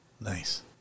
Nice